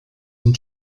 and